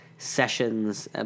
sessions